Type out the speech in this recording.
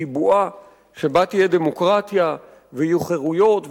בועה שבה תהיה דמוקרטיה ויהיו חירויות,